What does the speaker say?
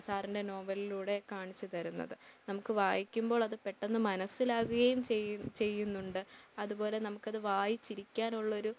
സാറിൻ്റെ നോവലിലൂടെ കാണിച്ചുതരുന്നത് നമുക്ക് വായിക്കുമ്പോളത് പെട്ടെന്ന് മനസ്സിലാക്കുകയും ചെയ്യും ചെയ്യുന്നുണ്ട് അതുപോലെ നമുക്കത് വായിച്ചിരിക്കാനുള്ളൊരു